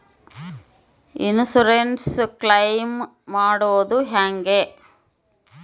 Insurance claim ಮಾಡದು ಹೆಂಗೆ?